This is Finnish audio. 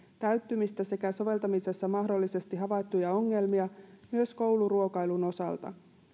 täyttymistä sekä soveltamisessa mahdollisesti havaittuja ongelmia myös kouluruokailun osalta